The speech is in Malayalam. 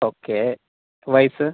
ഓക്കെ വയസ്സ്